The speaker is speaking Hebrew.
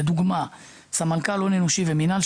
לדוגמה: לסמנכ"ל הון אנושי ומנהל,